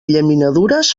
llaminadures